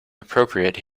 appropriate